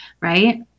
right